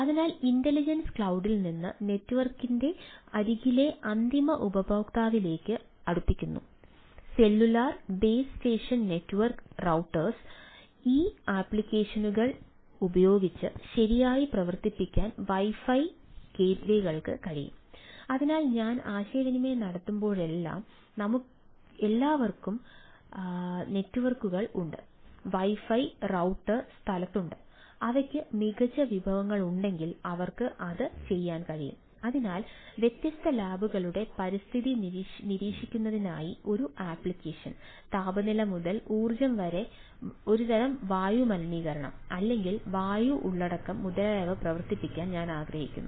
അതിനാൽ ഇന്റലിജൻസ് താപനില മുതൽ ഈർപ്പം വരെ ഒരുതരം വായു മലിനീകരണം അല്ലെങ്കിൽ വായു ഉള്ളടക്കം മുതലായവ പ്രവർത്തിപ്പിക്കാൻ ഞാൻ ആഗ്രഹിക്കുന്നു